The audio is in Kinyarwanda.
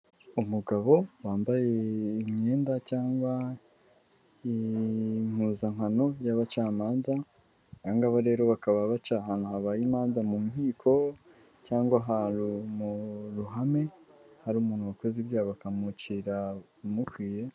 Umugabo wambaye imyenda cyangwa impuzankano y'abacamanza, aba nagaba rero bakaba baca ahantu habaye imanza mu nkiko cyangwa ahantu mu ruhame, hari umuntu wakoze ibyaha bakamucira urumukwiye.